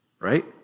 right